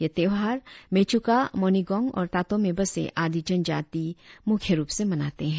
यह त्योहार मेचुका मोनीगोंग और तातो में बसे आदी जनजाती मुख्य रुप से मनाते है